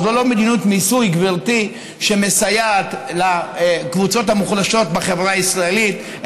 או זו לא מדיניות מיסוי שמסייעת לקבוצות המוחלשות בחברה הישראלית,